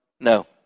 No